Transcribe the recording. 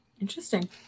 Interesting